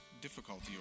difficulty